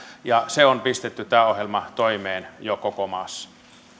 tämä ohjelma on pistetty toimeen jo koko maassa